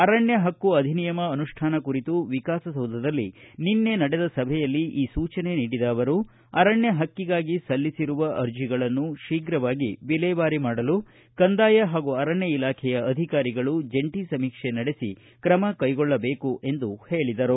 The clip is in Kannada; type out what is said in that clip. ಅರಣ್ಣ ಪಕ್ಕು ಅಧಿನಿಯಮ ಅನುಷ್ಠಾನ ಕುರಿತು ವಿಕಾಸಸೌಧದಲ್ಲಿ ನಿನ್ನೆ ನಡೆದ ಸಭೆಯಲ್ಲಿ ಈ ಸೂಚನೆ ನೀಡಿದ ಅವರು ಅರಣ್ಯ ಪಕ್ಕಿಗಾಗಿ ಸಲ್ಲಿಸಿರುವ ಅರ್ಜಿಗಳನ್ನು ಶೀಘವಾಗಿ ವಿಲೇವಾರಿ ಮಾಡಲು ಕಂದಾಯ ಇಲಾಖೆ ಹಾಗೂ ಅರಣ್ಯ ಇಲಾಖೆಯ ಅಧಿಕಾರಿಗಳು ಜಂಟಿ ಸಮೀಕ್ಷೆ ನಡೆಸಿ ಕ್ರಮಕ್ಕೆಗೊಳ್ಳಬೇಕು ಎಂದು ಅವರು ಹೇಳಿದರು